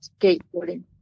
skateboarding